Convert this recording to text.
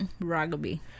Rugby